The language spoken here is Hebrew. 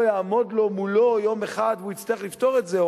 יעמוד לו מולו יום אחד והוא יצטרך לפתור את זה,